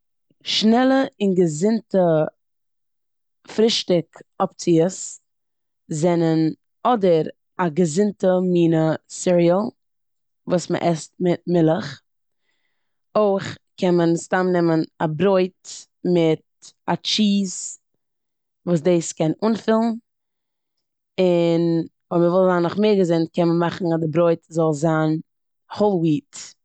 שנעלע און געזונטע פרישטאג אפציעס זענען אדער א געזונטע מינע סיריעל וואס מ'עסט מיט מילך, אויך קען מען סתם נעמען א ברויט מיט א טשיז וואס דאס קען אנפילן און אויב מ'וויל זיין נאך מער געזונט קען מען מאכן אז די ברויט זאל זיין האל וויט.